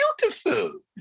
beautiful